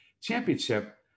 Championship